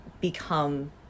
become